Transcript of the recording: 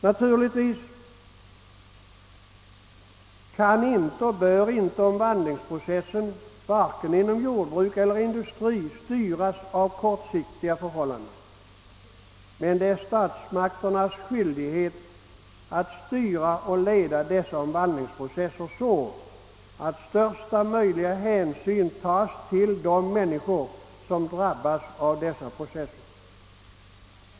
Naturligtvis kan inte och bör inte omvandlingsprocessen vare sig inom jordbruk eller industri styras av kortsiktiga förhållanden, men det är statsmakternas skyldighet att styra och leda dessa omvandlingsprocesser så att största möjliga hänsyn tas till de människor som drabbas av dessa processer.